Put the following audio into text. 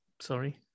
Sorry